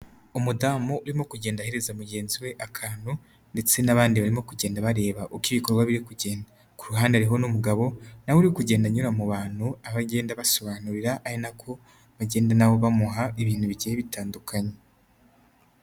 Umudamu urimo kugenda ahereza mugenzi we akantu, ndetse n'abandi barimo kugenda bareba uko ibikorwa biri kugenda. Ku ruhande hariho n'umugabo, nawe uri kugenda anyura mu bantu, aho agenda abasobanurira ari nako bagenda nabo bamuha ibintu bigiye bitandukanye.